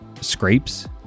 scrapes